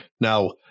now